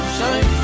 Shine